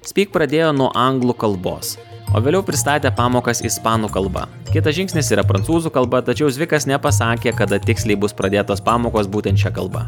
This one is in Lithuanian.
speak pradėjo nuo anglų kalbos o vėliau pristatė pamokas ispanų kalba kitas žingsnis yra prancūzų kalba tačiau zvikas nepasakė kada tiksliai bus pradėtos pamokos būtent šia kalba